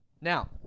Now